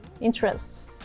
interests